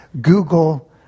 Google